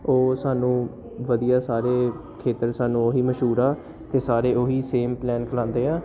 ਉਹ ਸਾਨੂੰ ਵਧੀਆ ਸਾਰੇ ਖੇਤਰ ਸਾਨੂੰ ਉਹੀ ਮਸ਼ਹੂਰ ਆ ਅਤੇ ਸਾਰੇ ਉਹੀ ਸੇਮ ਪਲੈਨ ਖਲਾਂਦੇ ਹੈ